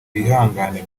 bihangane